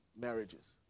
marriages